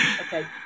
okay